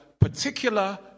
particular